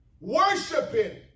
worshiping